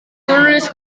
menulis